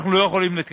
ואנחנו לא יכול להתקדם.